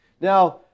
Now